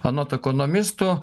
anot ekonomistų